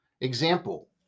Example